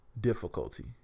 difficulty